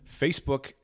Facebook